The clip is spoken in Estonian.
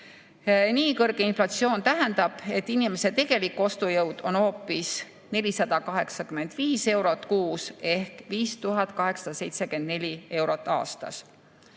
Nii kõrge inflatsioon tähendab, et inimese tegelik ostujõud on hoopis 485 eurot kuus ehk 5874 eurot aastas.